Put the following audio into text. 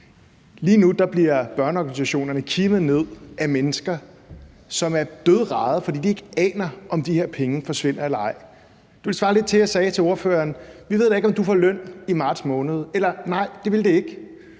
Lige nu bliver børneorganisationerne kimet ned af mennesker, som er dødrædde, fordi de ikke aner, om de her penge forsvinder eller ej. Det ville svare lidt til, at jeg sagde til ordføreren: Vi ved da ikke, om du får løn i marts måned. Eller nej, det ville det ikke,